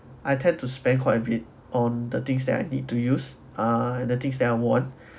I tend to spend quite a bit on the things that I need to use ah and the things that I want